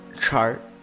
chart